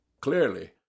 clearly